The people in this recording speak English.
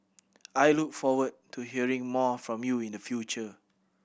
I look forward to hearing more from you in the future